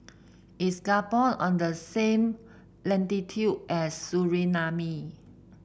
is Gabon on the same latitude as Suriname